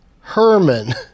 Herman